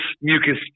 mucus